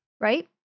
Right